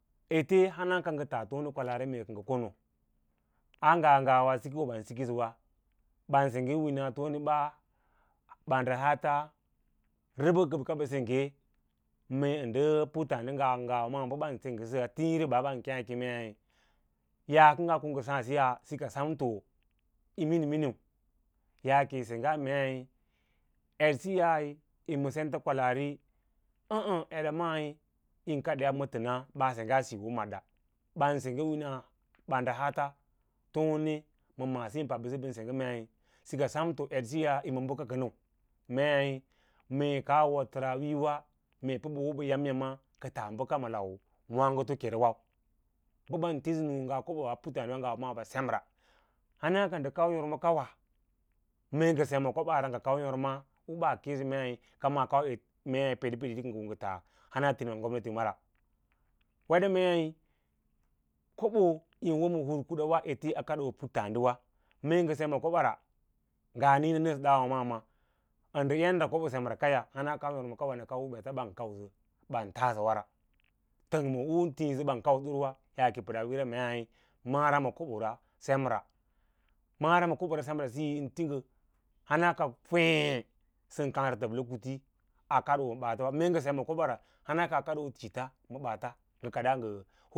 Te hana ka tas tone kwalaari mee kə ngə kono a nga ngawa sikon ban sikisəwa ɓanseugge winala tone ba, bamɗəhaata rəbəɗ rəfkaɓa kə ngə sengge mee ndə bə puttǎǎdiwe ngawa ban senggesə a tííirí ɓa ɓan kěě a lěěneii yaa kə nga ko ngə sǎǎ siya sika samto yi minimini yaake yi sengge mei eɗsíyai yi ma senta kwalaari ə́ə́ əɗa mai yín kaɗ yab ma təna baa sengga siyo maɗɗa ɓan sengge wina ɓandəəhaata tone ma maasi ma pabbisi ɓən sengge mei sika samto edsiya yi ma bəka kənəu mei mee ka wo təroo a wiiyowa pə bə wo ɓə yâmyâm ma ka taa bəkə ke ma lawǎǎgo kêê yâ wa’u bə ɓan ti nu̍ū nga kobaa a puttas diwa ngawa ɓa ɗem ra hana ka ndə kau yônsa kawa mee ngə dem ma kobas ra ngə kau yôrma ɓaa kēê bə mei kama a kauwa mee peɗepeɗe ‘isi kə ngə tas hinima gomnati mara wede mei kobo y`im wo ma hur kuda ete a kadoo puttǎǎdiwa mee ngə sem ma koba ra nga nǐîna nəsə dawa maawǎ ndə yadda kobo semrakaya hana kauwa kawa nə kau u ɓata ban kausə ən taasəva təng n tǐǐsə ɓan kau ɗurwa yaake pədaa wuuyora mei mava ma kobo ra semra mara ma kobora semra sui ji yín ti ngə hana ka feẽ sən kaã sə təblə kutí a kadoo na baats mee ngə sema ma kobora hana kəɗoo n shííta ma baata ngə kadaa ngə.